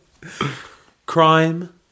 Crime